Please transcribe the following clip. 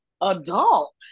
adult